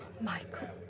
Michael